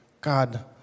God